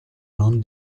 non